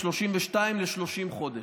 מ-32 ל-30 חודש,